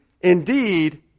indeed